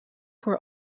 were